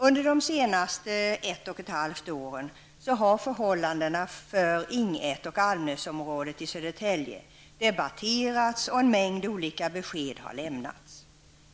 Under de senaste ett och ett halvt åren har förhållandena för Ing 1 och Almnäsområdet i Södertälje debatterats och en mängd olika besked har lämnats.